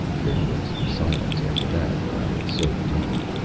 there was silence after that, while it soaked in.